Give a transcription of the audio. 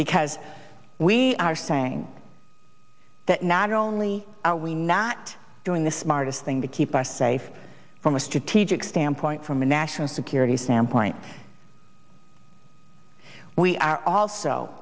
because we are saying that not only are we not doing the smartest thing to keep us safe from a strategic standpoint from a national security sam point we are also